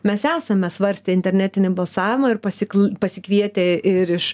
mes esame svarstę internetinį balsavimą ir pasikl pasikvietę ir iš